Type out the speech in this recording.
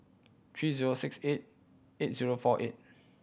three zero six eight eight zero four eight